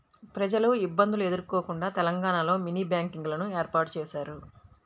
ప్రజలు ఇబ్బందులు ఎదుర్కోకుండా తెలంగాణలో మినీ బ్యాంకింగ్ లను ఏర్పాటు చేశారు